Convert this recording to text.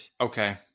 okay